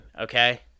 Okay